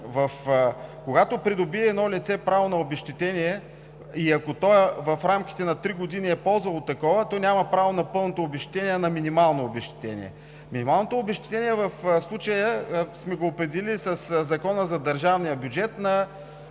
когато придобие право на обезщетение и ако то в рамките на три години е ползвало такова, то няма право на пълното обезщетение, а на минимално обезщетение. Минималното обезщетение в случая сме го определили със Закона за държавния бюджет на